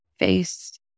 Face